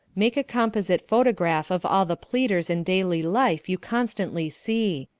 make a composite photograph of all the pleaders in daily life you constantly see.